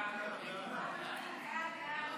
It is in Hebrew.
הצעת חוק משק הדלק (קידום התחרות)